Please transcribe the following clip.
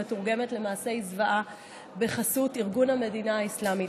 שמתורגמת למעשי זוועה בחסות ארגון המדינה האסלאמית,